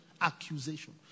accusation